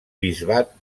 bisbat